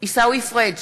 עיסאווי פריג'